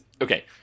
Okay